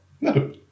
No